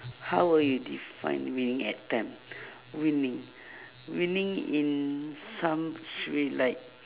how will you define winning attempt winning winning in some situations like